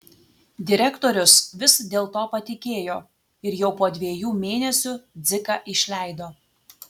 direktorius vis dėl to patikėjo ir jau po dviejų mėnesių dziką išleido